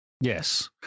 Yes